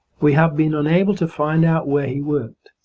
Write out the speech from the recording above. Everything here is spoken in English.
we have been unable to find out where he worked.